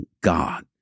God